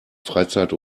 freizeit